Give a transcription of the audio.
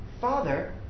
Father